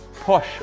push